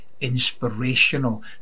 inspirational